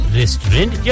restaurant